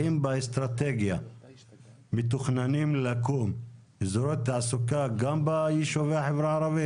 האם באסטרטגיה מתוכננים לקום אזורי תעסוקה גם ביישובי החברה הערבית?